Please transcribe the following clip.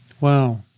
Wow